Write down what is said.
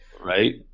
Right